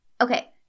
Okay